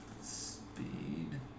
speed